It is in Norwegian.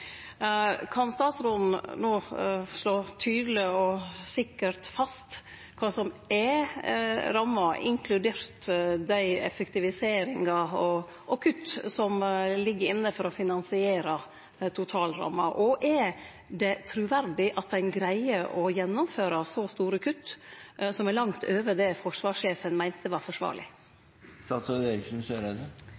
Kan statsråden no slå tydeleg og sikkert fast kva som er ramma, inkludert dei effektiviseringane og dei kutta som ligg inne for å finansiere totalramma? Og er det truverdig at ein greier å gjennomføre så store kutt, som er langt over det forsvarssjefen meinte var forsvarleg?